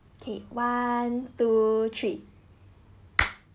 okay one two three